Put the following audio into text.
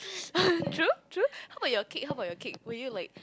true true how about your cake how about your cake would you like